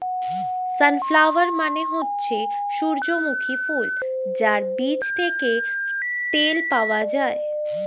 sunflower মানে হচ্ছে সূর্যমুখী ফুল যার বীজ থেকে তেল পাওয়া যায়